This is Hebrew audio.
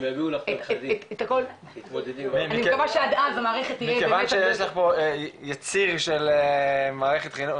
מכיוון שיש לך פה יציר של מערכת החינוך,